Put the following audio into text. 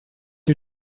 you